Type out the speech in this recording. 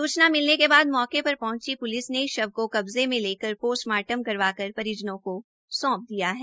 सूचना मिलने के बाद मौके पर पहंची पुलिस ने शव को कब्जे में लेकर पोस्टमार्टम करवाकर परिजनों को सौंप दिया है